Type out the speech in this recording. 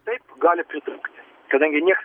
taip gali pritrūkti kadangi nieks